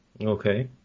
Okay